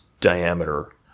diameter